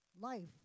life